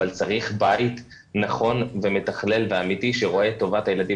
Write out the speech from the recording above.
אבל צריך בית נכון ומתכלל ואמתי שרואה את טובת הילדים